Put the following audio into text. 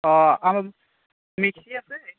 অঁ আম মিক্সি আছে